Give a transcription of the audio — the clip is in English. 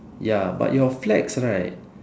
ya but your flags right